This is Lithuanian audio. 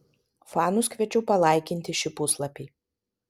fanus kviečiu palaikinti šį puslapį